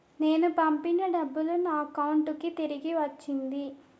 నేను పంపిన డబ్బులు నా అకౌంటు కి తిరిగి వచ్చింది